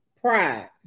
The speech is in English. pride